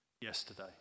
yesterday